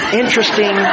interesting